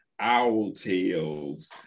Owltales